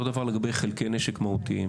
אותו הדבר גם לגבי חלקי נשק מהותיים.